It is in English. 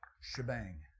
Shebang